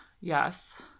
Yes